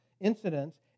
incidents